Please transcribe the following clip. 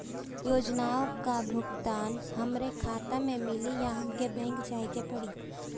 योजनाओ का भुगतान हमरे खाता में मिली या हमके बैंक जाये के पड़ी?